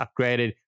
upgraded